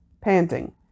panting